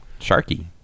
Sharky